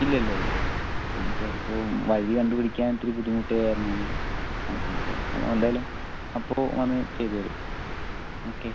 ഇല്ല ഇല്ല ഇല്ല നമുക്ക് അപ്പോൾ വഴി കണ്ട് പിടിക്കാൻ ഇത്തിരി ബുദ്ധിമുട്ട് ഏറെ ആണ് അതിൻ്റെ ഇപ്പം എന്തായാലും അപ്പോൾ വന്ന് ചെയ്ത് തരും ഓക്കെ